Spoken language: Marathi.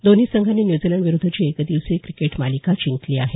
दोन्ही संघांनी न्युझीलंडविरुध्दची एकदिवसीय क्रिकेट मालिका जिंकली आहे